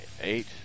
eight